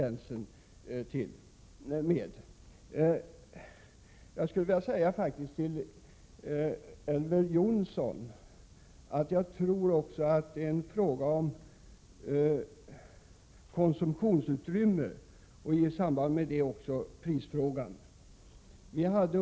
Till Elver Jonsson skulle jag faktiskt vilja säga, att jag tror att det i detta avseende också handlar om konsumtionsutrymme och i samband därmed även om priser.